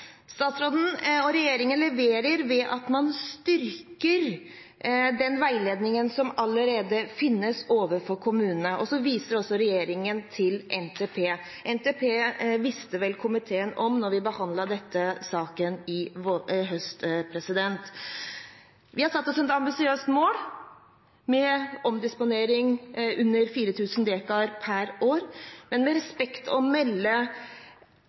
Statsråden og regjeringen leverer ved at man styrker den veiledningen som allerede finnes overfor kommunene. Regjeringen viser også til NTP. Komiteen visste vel om NTP da vi behandlet denne saken i høst. Vi har satt oss et ambisiøst mål om en omdisponering på under 4 000 dekar per år. Men med respekt å melde